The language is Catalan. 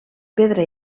pedra